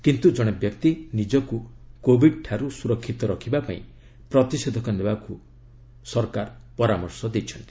କିନ୍ତୁ ଜଣେ ବ୍ୟକ୍ତି ନିଜକୁ କୋବିଡ୍ ଠାରୁ ସୁରକ୍ଷିତ ରଖିବା ପାଇଁ ପ୍ରତିଷେଧକ ନେବାକୁ ପରାମର୍ଶ ଦିଆଯାଉଛି